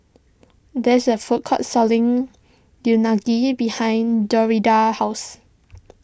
there is a food court selling Unagi behind Dorinda's house